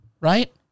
right